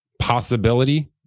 possibility